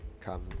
come